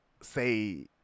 say –